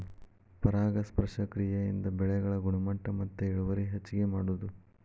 ಪರಾಗಸ್ಪರ್ಶ ಕ್ರಿಯೆಯಿಂದ ಬೆಳೆಗಳ ಗುಣಮಟ್ಟ ಮತ್ತ ಇಳುವರಿ ಹೆಚಗಿ ಮಾಡುದು